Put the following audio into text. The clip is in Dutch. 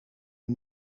een